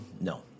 No